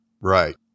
Right